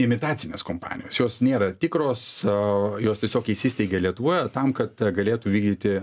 imitacinės kompanijos jos nėra tikros jos tiesiog įsisteigė lietuvoje tam kad galėtų vykdyti